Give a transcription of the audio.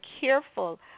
careful